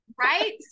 right